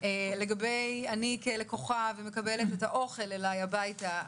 אני כלקוחה שמקבלת את האוכל אליי הביתה,